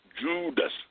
Judas